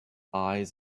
eyes